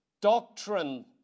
doctrine